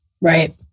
right